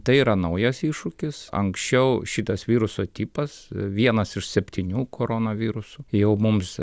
tai yra naujas iššūkis anksčiau šitas viruso tipas vienas iš septynių koronavirusų jau mums